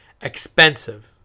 expensive